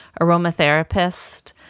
aromatherapist